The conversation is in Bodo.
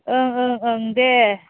ओं ओं ओं दे